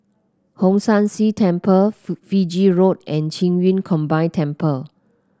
Hong San See Temple Fiji Road and Qing Yun Combined Temple